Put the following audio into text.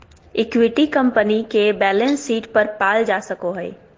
equity company के balance sheet पर पाल जा सको हइ